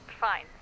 fine